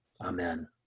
Amen